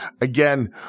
Again